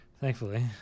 thankfully